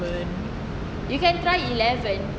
you can try eleven